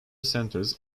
centres